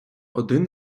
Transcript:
один